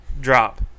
drop